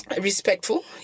Respectful